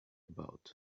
about